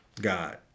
God